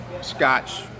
scotch